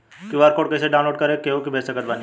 QR code कइसे download कर के केहु के भेज सकत बानी?